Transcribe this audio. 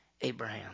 Abraham